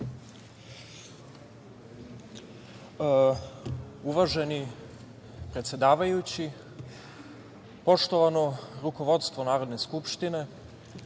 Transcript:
Uvažena predsedavajuća, poštovano rukovodstvo Narodne skupštine,